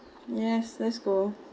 yes let's go